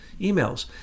emails